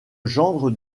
gendre